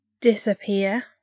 disappear